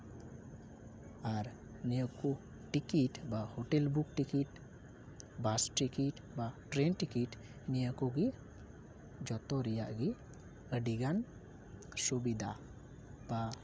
ᱟᱨ ᱱᱤᱭᱟᱹ ᱠᱚ ᱴᱤᱠᱤᱴ ᱵᱟ hotel book ticket bus ticket ᱵᱟ ᱴᱨᱮᱹᱱ ᱴᱤᱠᱤᱴ ᱱᱤᱭᱟᱹ ᱠᱚᱜᱮ ᱡᱚᱛᱚ ᱨᱮᱭᱟᱜ ᱜᱮ ᱟᱹᱰᱤ ᱜᱟᱱ ᱥᱩᱵᱤᱫᱟ ᱵᱟ